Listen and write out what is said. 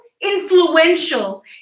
influential